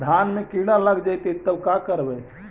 धान मे किड़ा लग जितै तब का करबइ?